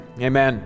amen